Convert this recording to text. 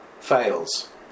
fails